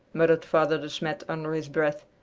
muttered father de smet under his breath.